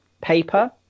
paper